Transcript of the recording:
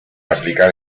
aplicar